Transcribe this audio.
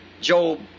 Job